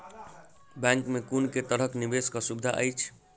Bank मे कुन केँ तरहक निवेश कऽ सुविधा अछि?